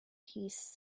piece